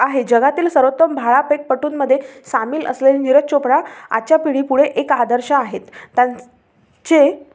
आहे जगातील सर्वोत्तम भालाफेक पटूंमध्ये सामील असलेले निरज चोप्रा आजच्या पिढी पुढे एक आदर्श आहेत त्यांचे